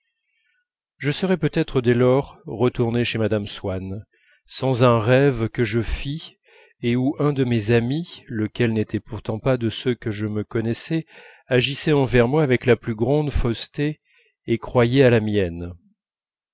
je serais peut-être dès lors retourné chez mme swann sans un rêve que je fis et où un de mes amis lequel n'était pourtant pas de ceux que je me connaissais agissait envers moi avec la plus grande fausseté et croyait à la mienne